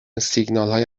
سیگنالهای